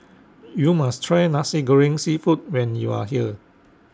YOU must Try Nasi Goreng Seafood when YOU Are here